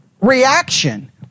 reaction